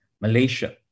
Malaysia